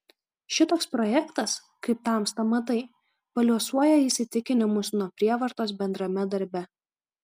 šitoks projektas kaip tamsta matai paliuosuoja įsitikinimus nuo prievartos bendrame darbe